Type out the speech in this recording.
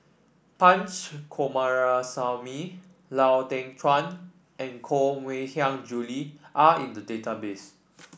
Punch Coomaraswamy Lau Teng Chuan and Koh Mui Hiang Julie are in the database